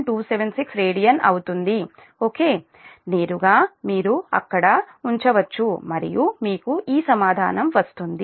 276 radian అవుతుంది okay నేరుగా మీరు అక్కడ ఉంచవచ్చు మరియు మీకు ఈ సమాధానం వస్తుంది